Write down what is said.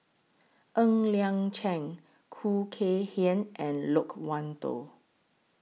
Ng Liang Chiang Khoo Kay Hian and Loke Wan Tho